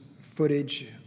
footage